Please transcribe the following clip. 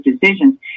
decisions